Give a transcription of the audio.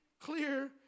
clear